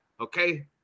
okay